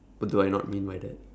what do I not mean by that